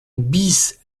bis